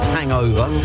Hangover